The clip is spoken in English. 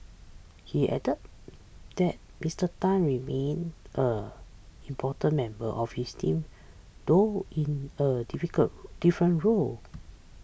he added that Mister Tan remains an important member of his team though in a difficult different role